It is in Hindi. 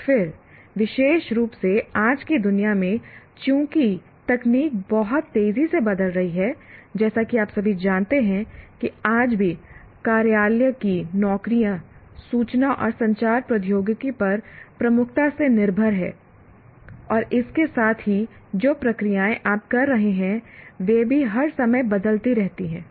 और फिर विशेष रूप से आज की दुनिया में चूंकि तकनीक बहुत तेजी से बदल रही है जैसा कि आप सभी जानते हैं कि आज भी कार्यालय की नौकरियां सूचना और संचार प्रौद्योगिकी पर प्रमुखता से निर्भर हैं और इसके साथ ही जो प्रक्रियाएँ आप कर रहे हैं वे भी हर समय बदलती रहती हैं